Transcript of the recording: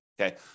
Okay